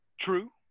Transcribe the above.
True